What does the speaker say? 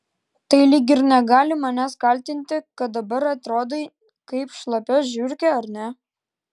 tai lyg ir negali manęs kaltinti kad dabar atrodai kaip šlapia žiurkė ar ne